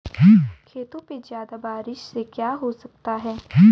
खेतों पे ज्यादा बारिश से क्या हो सकता है?